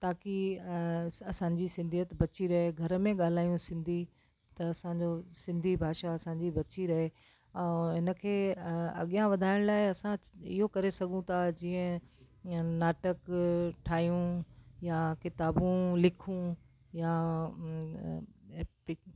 ताकी असांजी सिंधियत बची रहे घर में ॻाल्हायूं सिंधी त असांजो सिंधी भाषा असांजी बची रहे ऐं हिनखे अॻियां वधाइण लाइ असां इहो करे सघूं था जीअं या नाटक ठाहियूं या किताबूं लिखूं या